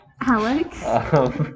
Alex